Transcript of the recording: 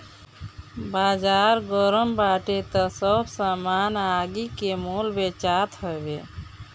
बाजार गरम बाटे तअ सब सामान आगि के मोल बेचात हवे